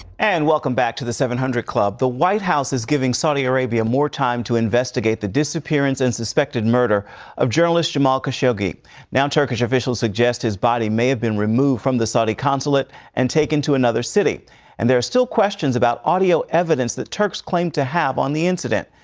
and welcome back to the seven hundred club the white house is giving saudi arabia more time to investigate the disappearance and suspected murder of journalist jamal khashoggi now turkish officials suggest his body may have been removed from the saudi consulate and taken to another city and there are still questions about audio evidence the turks claimed to have on the incident.